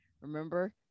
Remember